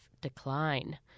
decline